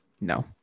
no